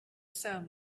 sound